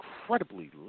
incredibly